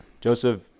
Joseph